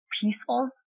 peaceful